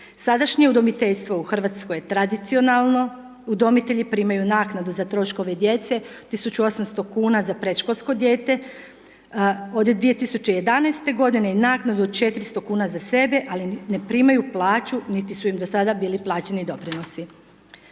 Sadašnje udomiteljstvo u Hrvatskoj je tradicionalno, udomitelji primaju naknadu za troškove djece, 1800 kuna za predškolsko dijete od 2011. godine i naknadu od 400 kuna za sebe, ali ne primaju plaću niti su im do sada bili plaćeni doprinosi.